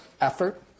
effort